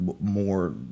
more